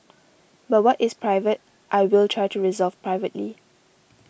but what is private I will try to resolve privately